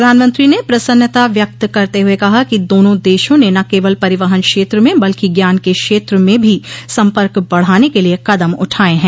प्रधानमंत्री ने प्रसन्नता व्यक्त करते हुए कहा कि दोनों देशों ने न केवल परिवहन क्षेत्र में बल्कि ज्ञान के क्षेत्र में भी सम्पर्क बढ़ाने के लिए कदम उठाये हैं